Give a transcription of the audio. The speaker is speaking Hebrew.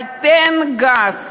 אבל תן גז,